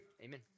Amen